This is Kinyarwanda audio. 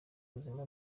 buzima